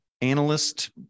analyst